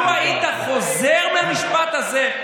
לו היית חוזר מהמשפט הזה,